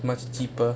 much cheaper